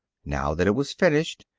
now that it was finished,